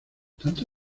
tanto